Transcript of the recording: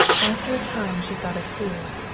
after a time she thought of food,